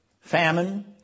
Famine